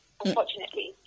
unfortunately